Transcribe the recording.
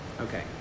Okay